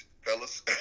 fellas